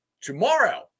Tomorrow